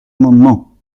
amendement